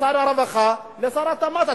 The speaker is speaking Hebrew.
משר הרווחה, לשר התמ"ת.